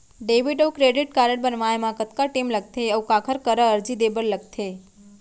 Debit अऊ credit card बनवाए मा कतका टेम लगथे, अऊ काखर करा अर्जी दे बर लगथे?